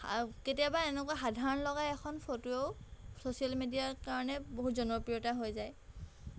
কেতিয়াবা এনেকুৱা এখন সাধাৰণ লগা ফটোয়েও ছ'চিয়েল মিডিয়া কাৰণে বহুত জনপ্ৰিয়তা হৈ যায়